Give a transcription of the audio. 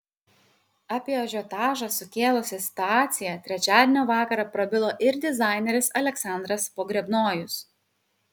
apie ažiotažą sukėlusią situaciją trečiadienio vakarą prabilo ir dizaineris aleksandras pogrebnojus